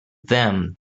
them